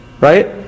Right